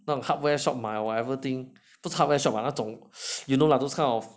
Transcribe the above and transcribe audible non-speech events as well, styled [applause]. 那 hardware shop or whatever thing 不是 hardware shop 那种 [noise] you know lah those kind of